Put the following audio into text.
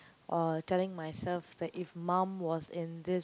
uh telling myself that if mum was in this